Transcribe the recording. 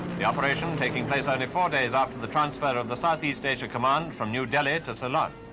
the operation taking place only four days after the transfer of the southeast asia command from new dehli to ceylon.